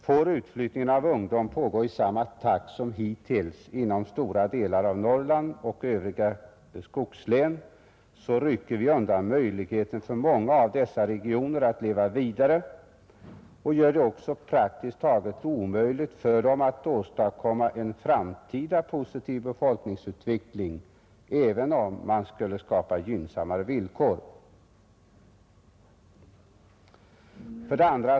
Får utflyttningen av ungdom pågå i samma takt som hittills inom stora delar av Norrland och övriga skogslän, så rycker vi undan möjligheten för många av dessa regioner att leva vidare och gör det också praktiskt taget omöjligt för dem att åstadkomma en framtida positiv befolkningsutveckling, även om man skulle skapa gynnsammare villkor. 2.